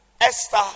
Esther